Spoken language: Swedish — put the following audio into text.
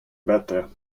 bättre